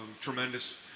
tremendous